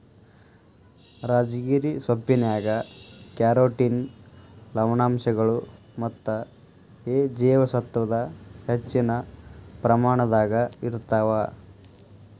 ರಾಜಗಿರಿ ಸೊಪ್ಪಿನ್ಯಾಗ ಕ್ಯಾರೋಟಿನ್ ಲವಣಾಂಶಗಳು ಮತ್ತ ಎ ಜೇವಸತ್ವದ ಹೆಚ್ಚಿನ ಪ್ರಮಾಣದಾಗ ಇರ್ತಾವ